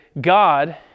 God